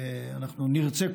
אנחנו נרצה,